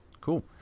cool